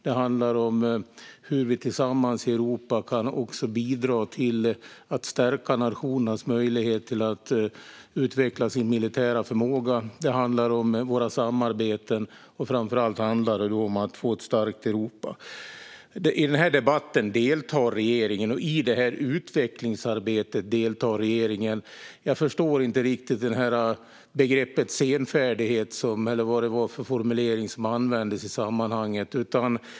Det handlar om hur vi tillsammans i Europa kan bidra till att stärka nationernas möjlighet att utveckla sin militära förmåga. Det handlar om våra samarbeten, och framför allt handlar det om att få ett starkt Europa. I den här debatten deltar regeringen, och i det här utvecklingsarbetet deltar regeringen. Jag förstår inte riktigt begreppet "senfärdighet" eller vad det var för formulering som användes i sammanhanget.